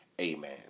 Amen